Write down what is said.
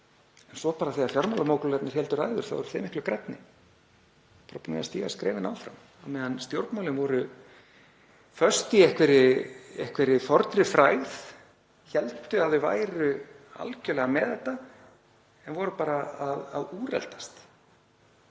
En svo þegar fjármálamógúlarnir héldu ræður þá voru þeir miklu grænni, tilbúnir að stíga skrefin áfram, á meðan stjórnmálin voru föst í einhverri fornri frægð, héldu að þau væru algerlega með þetta en voru bara að úreldast.